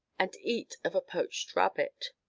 and eat of a poached rabbit